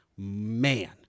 Man